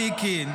מיקי,